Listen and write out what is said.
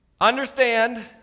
Understand